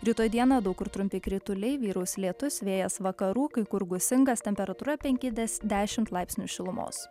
rytoj dieną daug kur trumpi krituliai vyraus lietus vėjas vakarų kai kur gūsingas temperatūra penki dešimt laipsnių šilumos